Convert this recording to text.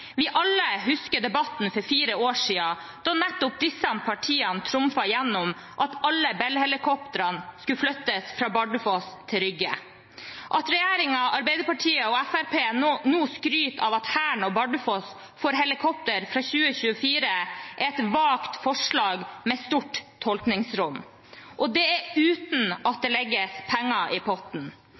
husker alle debatten for fire år siden, da nettopp disse partiene trumfet igjennom at alle Bell-helikoptrene skulle flyttes fra Bardufoss til Rygge. At regjeringen, Arbeiderpartiet og Fremskrittspartiet nå skryter av at Hæren og Bardufoss får helikoptre fra 2024, er et vagt forslag med stort tolkningsrom. Og det er uten at det legges penger i potten.